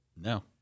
No